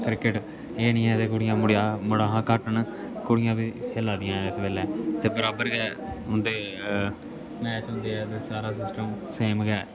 cricket एह् निं ऐ कि कुड़ियां मुड़े शा घट्ट न कुड़ियां बी खेला दियां इस बेल्ले ते बराबर गै उंदे मैच होंदे ऐ सारा कुश सेम गै